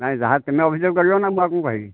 ନାଇଁ ଯାହା ତେମେ ଅଭିଯୋଗ କରିବା ନା ମୁଁ ଆଉ କ'ଣ କହିବି